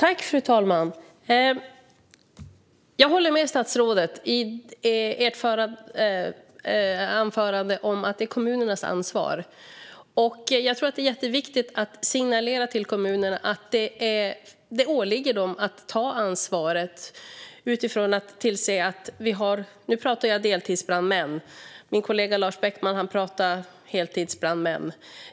Fru talman! Jag håller med statsrådet om att det är kommunernas ansvar. Jag tror att det är jätteviktigt att signalera till kommunerna att det åligger dem att ta ansvaret. Nu talar jag om deltidsbrandmän. Min kollega Lars Beckman talar om heltidsbrandmän.